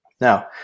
Now